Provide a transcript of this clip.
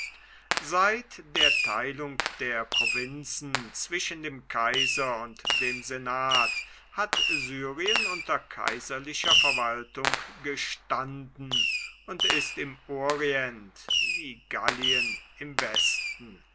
seit der teilung der provinzen zwischen dem kaiser und dem senat hat syrien unter kaiserlicher verwaltung gestanden und ist im orient wie gallien im westen